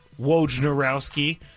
Wojnarowski